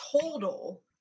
total